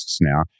now